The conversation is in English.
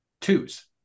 twos